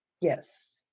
Yes